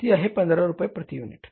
ती आहे 15 रुपये प्रति युनिट